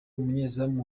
umunyezamu